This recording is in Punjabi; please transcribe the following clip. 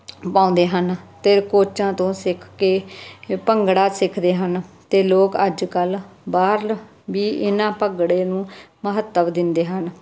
ਪਾਉਂਦੇ ਹਨ ਅਤੇ ਕੋਚਾਂ ਤੋਂ ਸਿੱਖ ਕੇ ਭੰਗੜਾ ਸਿੱਖਦੇ ਹਨ ਅਤੇ ਲੋਕ ਅੱਜ ਕੱਲ੍ਹ ਬਾਹਰ ਵੀ ਇੰਨਾ ਭੰਗੜੇ ਨੂੰ ਮਹੱਤਵ ਦਿੰਦੇ ਹਨ